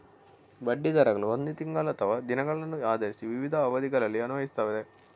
ಬಡ್ಡಿ ದರಗಳು ಒಂದು ತಿಂಗಳು ಅಥವಾ ದಿನಗಳನ್ನು ಆಧರಿಸಿ ವಿವಿಧ ಅವಧಿಗಳಲ್ಲಿ ಅನ್ವಯಿಸುತ್ತವೆ